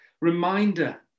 reminder